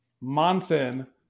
Monson